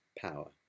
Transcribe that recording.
power